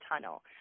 tunnel